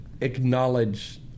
acknowledge